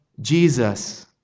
Jesus